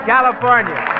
California